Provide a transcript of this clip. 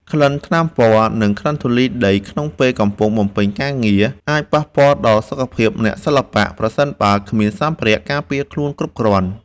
ក្លិនថ្នាំពណ៌ និងធូលីដីក្នុងពេលកំពុងបំពេញការងារ អាចប៉ះពាល់ដល់សុខភាពអ្នកសិល្បៈ ប្រសិនបើគ្មានសម្ភារៈការពារខ្លួនគ្រប់គ្រាន់។